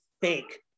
fake